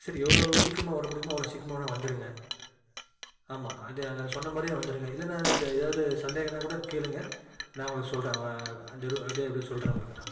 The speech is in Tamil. சரி எவ்வளோ சீக்கிரமாக வர்ற முடியுமோ அவ்வளோ சீக்கிரமா வேணால் வந்துடுங்க ஆமாம் அதே அப்டி சொன்ன மாதிரியே வந்துடுங்க இல்லைனா த எதாவது சந்தேகம்னால் கூட கேளுங்கள் நான் உங்களுக்குச் சொல்கிறேன் அந்த ரூ அதே அப்டி சொல்கிறேன் உங்களுக்கு நான்